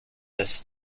has